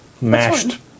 mashed